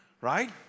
right